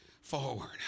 forward